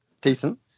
decent